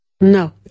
No